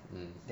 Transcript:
mm